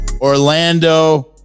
Orlando